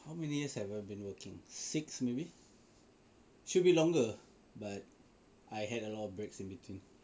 how many years have I been working six maybe should be longer but I had a lot of breaks in between